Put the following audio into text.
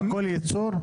הכול ייצור?